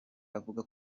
avuga